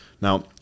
now